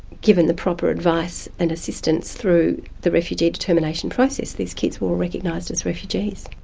given the proper advice and assistance through the refugee determination process, these kids were recognised as refugees.